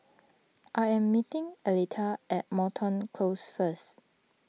I am meeting Aletha at Moreton Close first